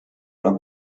oder